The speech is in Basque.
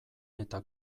eta